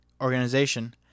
organization